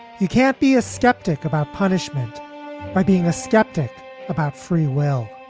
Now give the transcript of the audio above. he can't be a skeptic about punishment by being a skeptic about free will.